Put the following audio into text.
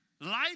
life